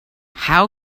how